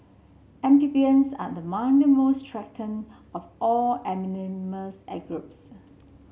amphibians are among the most threatened of all groups